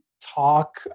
talk